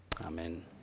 Amen